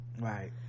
right